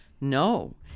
no